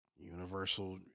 universal